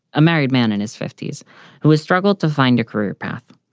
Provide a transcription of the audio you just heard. a married man in his fifty s who has struggled to find a career path.